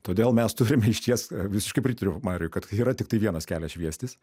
todėl mes turime išties visiškai pritariu mariui kad yra tiktai vienas kelias šviestis